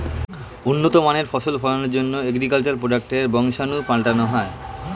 উন্নত মানের ফসল ফলনের জন্যে অ্যাগ্রিকালচার প্রোডাক্টসের বংশাণু পাল্টানো হয়